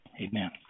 amen